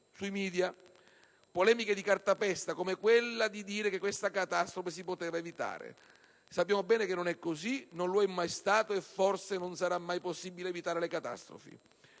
sui *media*. Polemiche di cartapesta, come quella di dire che questa catastrofe si poteva evitare. Sappiamo bene che non è così. Non lo è mai stato e, forse, non sarà mai possibile evitarlo.